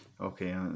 Okay